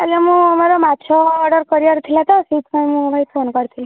ଆଜ୍ଞା ମୁଁ ମୋର ମାଛ ଅର୍ଡ଼ର କରିବାର ଥିଲା ତ ସେଇଥିପାଇଁ ମୁଁ ଭାଇ ଫୋନ କରିଥିଲି